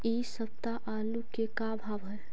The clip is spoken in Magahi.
इ सप्ताह आलू के का भाव है?